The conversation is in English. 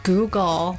Google